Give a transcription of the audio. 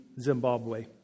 Zimbabwe